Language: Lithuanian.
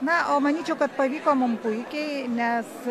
na o manyčiau kad pavyko mum puikiai nes